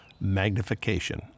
Magnification